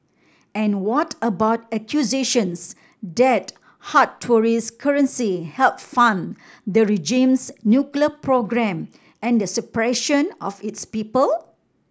and what about accusations that hard tourist currency help fund the regime's nuclear program and the suppression of its people